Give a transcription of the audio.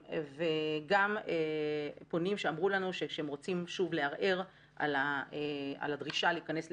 וגם פונים שאמרו לנו שכשהם רוצים שוב לערער על הדרישה להיכנס לבידוד,